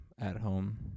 at-home